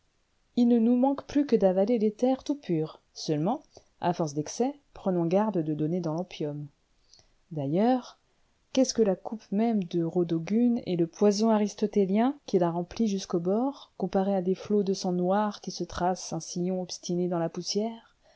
il ne nous manque plus que d'avaler l'éther tout pur seulement à force d'excès prenons garde de donner dans l'opium d'ailleurs qu'est-ce que la coupe même de rodogune et le poison aristotélien qui la remplit jusqu'aux bords comparés à des flots de sang noir qui se tracent un sillon obstiné dans la poussière